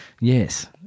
yes